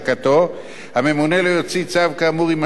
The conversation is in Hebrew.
הממונה לא יוציא צו כאמור אם הצו יגרום לנזק